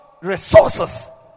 resources